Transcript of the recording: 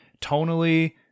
tonally